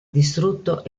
distrutto